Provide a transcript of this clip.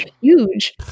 huge